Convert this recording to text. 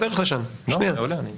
אנחנו בדרך לשם אין בעיה.